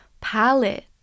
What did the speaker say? palette